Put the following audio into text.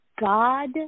God